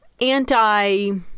Anti